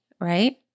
Right